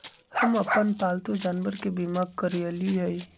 हम अप्पन पालतु जानवर के बीमा करअलिअई